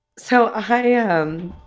so i. ah um